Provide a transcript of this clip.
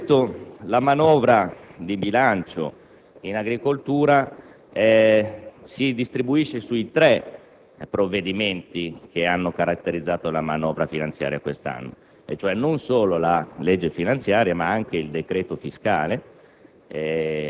internazionale. La manovra di bilancio in agricoltura si distribuisce sui tre provvedimenti che hanno caratterizzato la manovra finanziaria di quest'anno. Mi riferisco alla legge finanziaria, al decreto fiscale